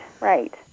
right